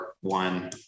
one